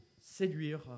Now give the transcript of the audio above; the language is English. séduire